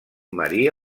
maria